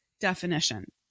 definition